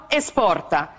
esporta